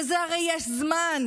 לזה הרי יש זמן.